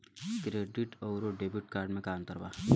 Credit अउरो debit card मे का अन्तर बा?